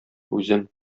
үзем